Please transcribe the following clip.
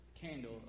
candle